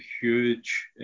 huge